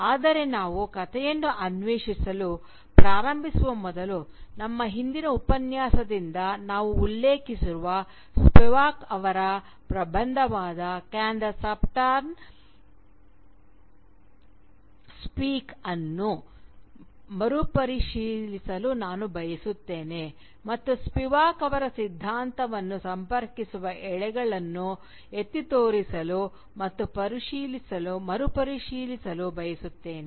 ಆದರೆ ನಾವು ಕಥೆಯನ್ನು ಅನ್ವೇಷಿಸಲು ಪ್ರಾರಂಭಿಸುವ ಮೊದಲು ನಮ್ಮ ಹಿಂದಿನ ಉಪನ್ಯಾಸದಿಂದ ನಾವು ಉಲ್ಲೇಖಿಸುತ್ತಿರುವ ಸ್ಪಿವಾಕ್ ಅವರ ಪ್ರಬಂಧವಾದ "can the subaltern speak the Subaltern Speak" ಅನ್ನು ಮರುಪರಿಶೀಲಿಸಲು ನಾನು ಬಯಸುತ್ತೇನೆ ಮತ್ತು ಸ್ಪಿವಾಕ್ ಅವರ ಸಿದ್ಧಾಂತವನ್ನು ಸಂಪರ್ಕಿಸುವ ಎಳೆಗಳನ್ನು ಎತ್ತಿತೋರಿಸಲು ಮತ್ತು ಮರುಪರಿಶೀಲಿಸಲು ಬಯಸುತ್ತೇನೆ